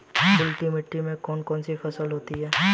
बलुई मिट्टी में कौन कौन सी फसल होती हैं?